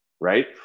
right